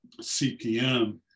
CPM